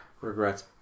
regrets